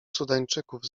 sudańczyków